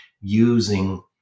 using